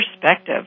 perspective